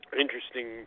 interesting